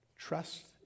Trust